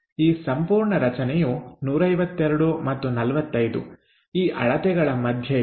ಈ ಸಂಪೂರ್ಣ ರಚನೆಯು 152 ಮತ್ತು 45 ಈ ಅಳತೆಗಳ ಮಧ್ಯೆ ಇದೆ